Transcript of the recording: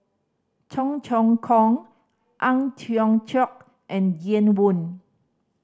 Cheong Choong Kong Ang Tiong Chiok and Ian Woo